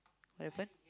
what happen